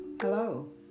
Hello